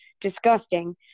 disgusting